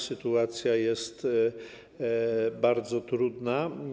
Sytuacja jest bardzo trudna.